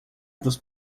dos